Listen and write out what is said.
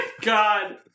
God